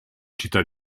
città